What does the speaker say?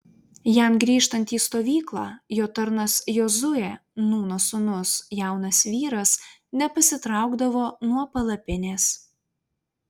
jam grįžtant į stovyklą jo tarnas jozuė nūno sūnus jaunas vyras nepasitraukdavo nuo palapinės